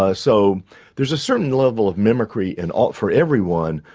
ah so there is a certain level of mimicry and ah for everyone,